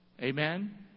amen